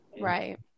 Right